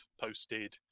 posted